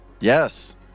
Yes